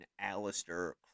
Alistair